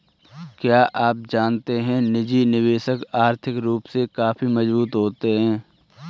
क्या आप जानते है निजी निवेशक आर्थिक रूप से काफी मजबूत होते है?